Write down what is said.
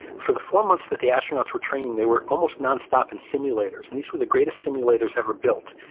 for the four months that the astronaut were training, they were almost non-stop in simulators. and these were the greatest simulators ever built,